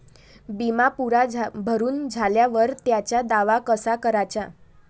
बिमा पुरा भरून झाल्यावर त्याचा दावा कसा कराचा?